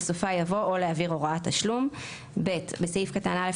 בסופה יבוא "או להעביר הוראת תשלום"; בסעיף קטן (א),